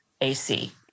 AC